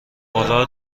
اولا